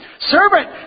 Servant